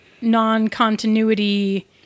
non-continuity